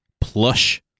plush